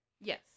yes